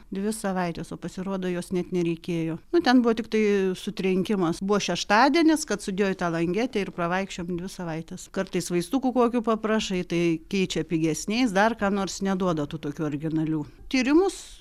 dvi savaites o pasirodo jos net nereikėjo nu ten buvo tiktai sutrenkimas buvo šeštadienis kad sudėjo į tą langetę ir pravaikščiojom dvi savaites kartais vaistukų kokių paprašai tai keičia pigesniais dar ką nors nors neduoda tų tokių originalių tyrimus